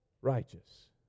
righteous